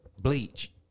Bleach